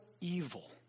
evil